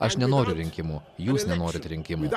aš nenoriu rinkimų jūs nenorit rinkimų